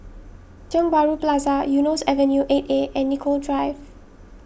Tiong Bahru Plaza Eunos Avenue eight A and Nicoll Drive